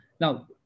Now